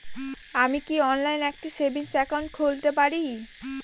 আমি কি অনলাইন একটি সেভিংস একাউন্ট খুলতে পারি?